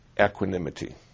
equanimity